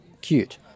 cute